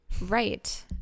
Right